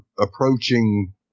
approaching